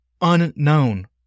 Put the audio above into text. unknown